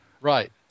Right